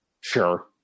sure